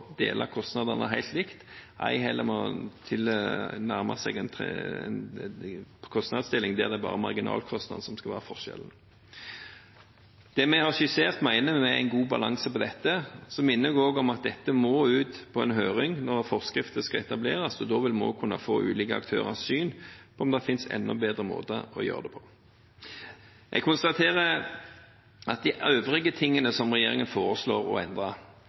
kostnadene helt likt eller ved å tilnærme seg en kostnadsdeling der det bare er den marginale ekstrakostnaden som skal være forskjellen. Det vi har skissert, mener vi gir en god balanse. Så minner jeg også om at dette må ut på en høring når forskrifter skal etableres, og da vil vi også kunne få ulike aktørers syn på om det finnes enda bedre måter å gjøre det på. Jeg konstaterer at de øvrige endringene som regjeringen foreslår